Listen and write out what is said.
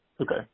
Okay